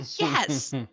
Yes